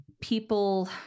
people